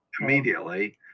Immediately